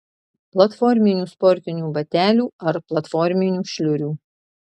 platforminių sportinių batelių ar platforminių šliurių